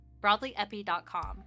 BroadlyEpi.com